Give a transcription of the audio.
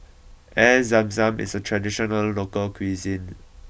Air Zam Zam is a traditional local cuisine